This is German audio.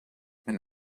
mein